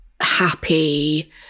happy